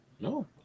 no